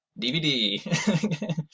DVD